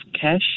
cash